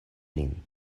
lin